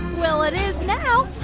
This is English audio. well, it is now.